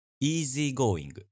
Easygoing